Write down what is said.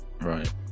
Right